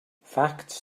facts